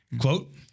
Quote